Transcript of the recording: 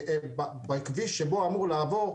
בכביש שבו אמור לעבור,